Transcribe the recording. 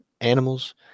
animals